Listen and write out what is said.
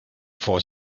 for